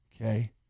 Okay